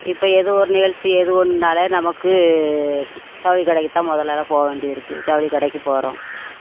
இப்போ எது ஒரு நிகழ்ச்சி எது ஒன்றுனாலே நமக்கு ஜவுளி கடைக்கு தான் முத ஆளாக போக வேண்டி இருக்குது ஜவுளிக்கடைக்கு போகிறோம்